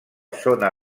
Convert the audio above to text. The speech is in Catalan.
zona